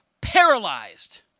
paralyzed